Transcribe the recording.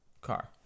car